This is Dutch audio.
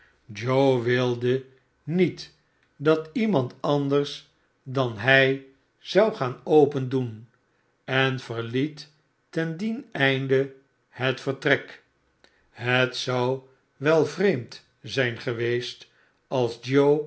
joe wilde niet dat iemarxd anders dan hij zou gaan opendoen en verliet ten dien einde het vertrek het zou wel vreemd zijn geweest als